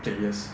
players